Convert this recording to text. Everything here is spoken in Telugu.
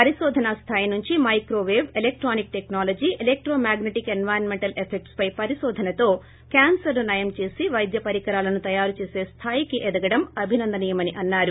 పరిశోధనా స్థాయి నుంచి microwave electronic technology electromagnetic environmental effect పై పరిశోధనతో క్యాన్సెర్ ను నయం ్లే చేసి వైద్య పరికరాలను తయారు చేస న్లాయికి ఎదగడం తిభినందనీయమని అన్నారు